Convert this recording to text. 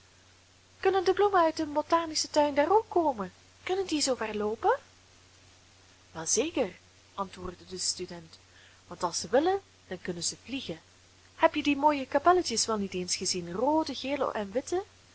kunnen de bloemen uit den botanischen tuin daar ook komen kunnen die zoo ver loopen wel zeker antwoordde de student want als ze willen dan kunnen ze vliegen heb je die mooie kapelletjes wel niet eens gezien roode gele en witte